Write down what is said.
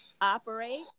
operate